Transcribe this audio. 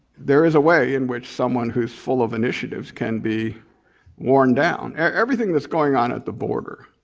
there is a way in which someone who's full of initiatives can be worn down. everything that's going on at the border,